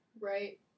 Right